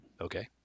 Okay